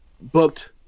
booked